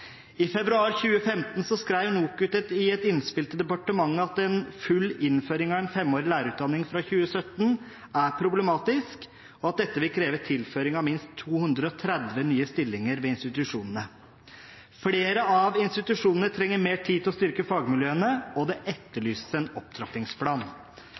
I februar 2015 skrev NOKUT i et innspill til departementet at en full innføring av en femårig lærerutdanning fra 2017 er problematisk, og at dette vil kreve tilføring av minst 230 nye stillinger ved institusjonene. Flere av institusjonene trenger mer tid til å styrke fagmiljøene, og det etterlyses en opptrappingsplan.